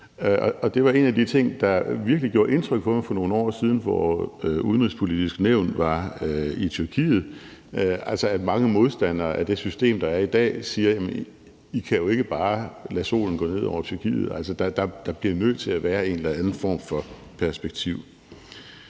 Det var en af de ting, der virkelig gjorde indtryk på mig for nogle år siden, hvor Det Udenrigspolitiske Nævn var i Tyrkiet, altså at mange modstandere af det system, der er i dag, siger: I kan jo ikke bare lade solen gå ned over Tyrkiet; der bliver nødt til at være en eller anden form for perspektiv.